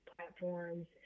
platforms